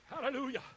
Hallelujah